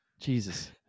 Jesus